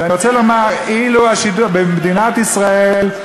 אני רוצה לומר: במדינת ישראל,